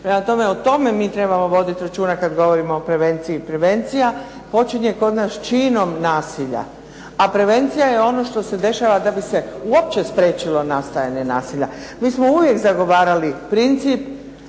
Prema tome, o tome mi trebamo voditi računa kad govorimo o prevenciji. Prevencija počinje kod nas činom nasilja, a prevencija je ono što se dešava da bi se uopće spriječilo nastajanje nasilja. Mi smo uvijek zagovarali princip.